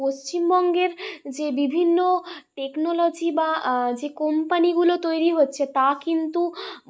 পশ্চিমবঙ্গের যে বিভিন্ন টেকনোলজি বা যে কোম্পানিগুলো তৈরি হচ্ছে তা কিন্তু